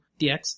dx